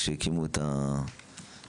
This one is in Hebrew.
כשהקימו את הפיילוט.